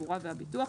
התחבורה והביטוח,